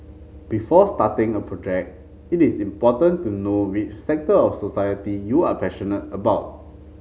before starting a project it is important to know which sector of society you are passionate about